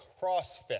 CrossFit